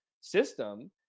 system